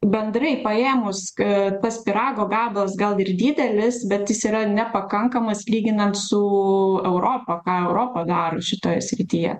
bendrai paėmus tas pyrago gabalas gal ir didelis bet jis yra nepakankamas lyginant su europa europa daro šitoje srityje